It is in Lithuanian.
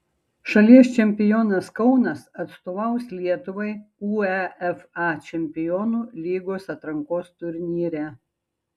šalies čempionas kaunas atstovaus lietuvai uefa čempionų lygos atrankos turnyre